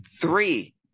three